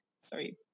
Sorry